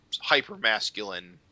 hyper-masculine